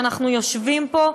כשאנחנו יושבים פה,